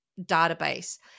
database